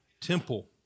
temple